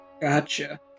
Gotcha